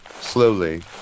slowly